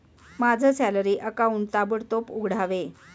माझं salary account ताबडतोब उघडावे